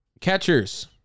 Catchers